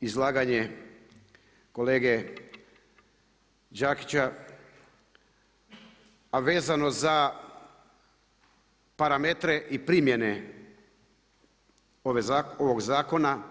izlaganje kolege Đakića a vezano za parametre i primjene ovog zakona.